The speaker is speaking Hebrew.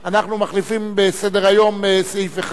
אנחנו מחליפים בסדר-היום סעיף אחד,